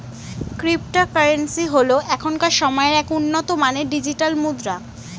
cryptocurrency হল এখনকার সময়ের এক উন্নত মানের ডিজিটাল মুদ্রা